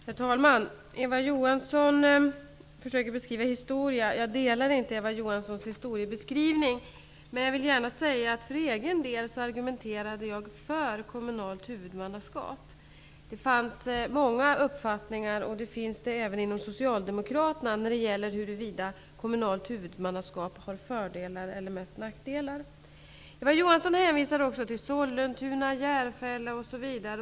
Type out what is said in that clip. Herr talman! Eva Johansson försöker att beskriva historien. Jag delar inte Eva Johanssons historieskrivning. För egen del argumenterade jag för ett kommunalt huvudmannaskap. Det finns många uppfattningar om huruvida kommunalt huvudmannaskap har fördelar eller mest nackdelar, och det finns det även inom Socialdemokraterna. Eva Johansson hänvisar till Sollentuna, Järfälla, osv.